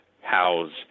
house